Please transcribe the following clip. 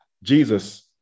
Jesus